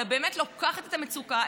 אלא באמת לוקחת את המצוקה,